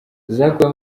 zakuwe